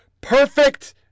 perfect